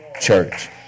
church